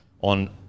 on